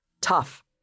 Tough